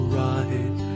right